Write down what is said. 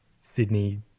sydney